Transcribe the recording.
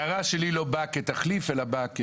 ההערה שלי לא באה כתחליף אלא באה כתוספת.